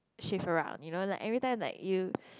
she's around you know like every time like you